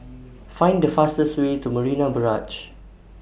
Find The fastest Way to Marina Barrage